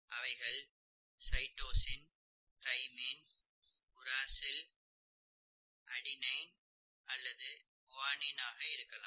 அவைகள் cytosine thymine uracil adenine அல்லது guanine ஆக இருக்கலாம்